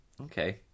Okay